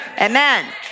Amen